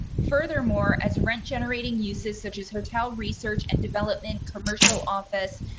furthermore, as rent, generating uses, such as hotel, research and development, commercial, office,